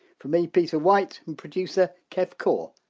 from me, peter white, and producer, kev core,